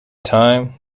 time